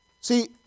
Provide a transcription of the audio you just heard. See